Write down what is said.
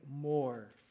more